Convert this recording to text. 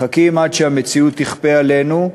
מחכים עד שהמציאות תכפה עלינו,